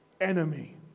enemy